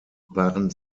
waren